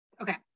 okay